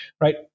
right